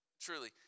truly